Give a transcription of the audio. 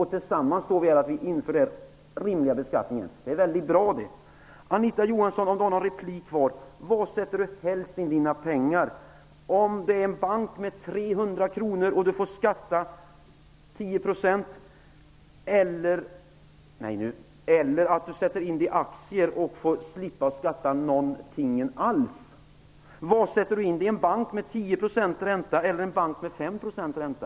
Tillsammans inför vi denna rimliga beskattning, och det är väldigt bra det. Anita Johansson har någon replik kvar. Var sätter Anita Johansson helst in sina pengar? Om hon sätter in 300 kr på en bank får hon skatta 10 %, och om hon placerar dem i aktier slipper hon att skatta någonting alls. Sätter Anita Johansson i pengarna i en bank som ger 10 % i ränta eller i en bank som ger 5 % i ränta?